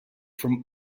from